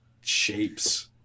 shapes